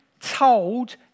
told